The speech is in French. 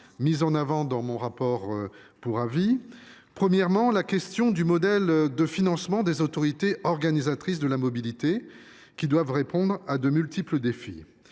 j’ai insisté dans mon rapport pour avis. J’en viens premièrement à la question du modèle de financement des autorités organisatrices de la mobilité, qui doivent répondre à de multiples défis.